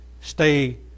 stay